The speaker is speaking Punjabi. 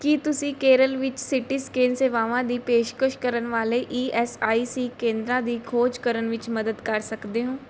ਕੀ ਤੁਸੀਂ ਕੇਰਲ ਵਿੱਚ ਸੀ ਟੀ ਸਕੈਨ ਸੇਵਾਵਾਂ ਦੀ ਪੇਸ਼ਕਸ਼ ਕਰਨ ਵਾਲੇ ਈ ਐੱਸ ਆਈ ਸੀ ਕੇਂਦਰਾਂ ਦੀ ਖੋਜ ਕਰਨ ਵਿੱਚ ਮਦਦ ਕਰ ਸਕਦੇ ਹੋ